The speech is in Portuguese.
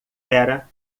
era